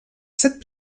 set